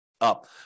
up